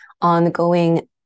ongoing